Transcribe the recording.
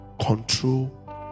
Control